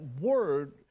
word